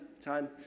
time